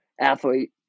athlete